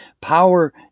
Power